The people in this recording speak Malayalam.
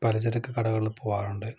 പലചരക്ക് കടകളിൽ പോകാറുണ്ട്